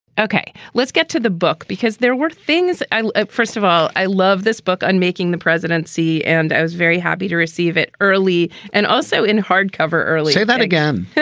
ok, let's get to the book, because there were things like first of all, i love this book, unmaking the presidency, and i was very happy to receive it early. and also in hardcover early, say that again,